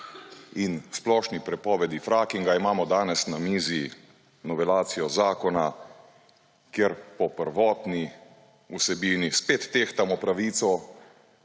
in splošni prepovedi frackinga imamo danes na mizi novelacijo zakona, kjer po prvotni vsebini spet tehtamo pravico